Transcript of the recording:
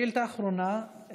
שאילתה אחרונה,